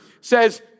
says